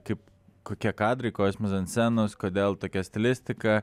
kaip kokie kadrai kokios mizanscenos kodėl tokia stilistika